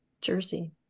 Jersey